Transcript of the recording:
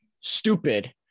stupid